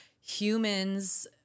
humans